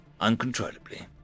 uncontrollably